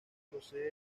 procede